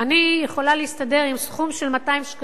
אני יכולה להסתדר עם סכום של 200 שקלים,